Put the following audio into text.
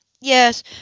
Yes